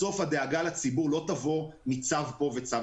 בסוף הדאגה לציבור לא תבוא מצו פה וצו